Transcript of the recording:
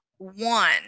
one